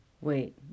wait